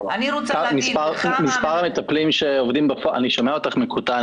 אני שומע אותך מקוטע.